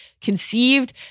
conceived